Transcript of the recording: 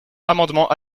amendement